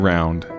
Round